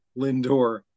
lindor